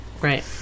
right